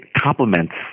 complements